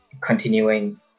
continuing